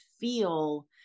feel